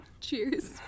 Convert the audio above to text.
Cheers